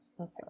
Okay